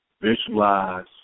visualize